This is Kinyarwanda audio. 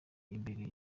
imbere